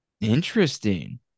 Interesting